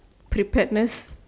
preparedness